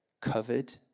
covered